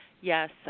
yes